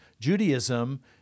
judaism